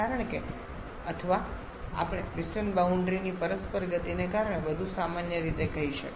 કારણ કે અથવા આપણે સિસ્ટમ બાઉન્ડ્રીની પરસ્પર ગતિને કારણે વધુ સામાન્ય રીતે કહી શકીએ